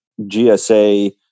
GSA